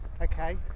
Okay